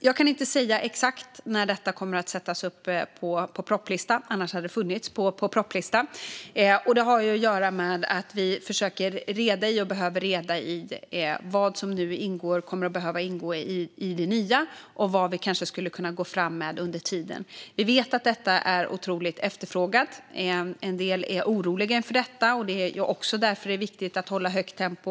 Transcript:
Jag kan inte säga exakt när detta kommer att sättas upp på listan över propositioner. Annars hade det funnits med där. Det har att göra med att vi försöker och behöver reda i vad som kommer att behöva ingå i det nya och vad vi kanske skulle kunna gå fram med under tiden. Vi vet att det är otroligt efterfrågat. En del är också oroliga inför detta. För att kunna stilla den oron är det därför viktigt att hålla högt tempo.